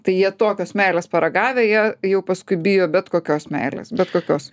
tai jie tokios meilės paragavę jie jau paskui bijo bet kokios meilės bet kokios